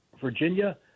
Virginia